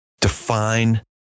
define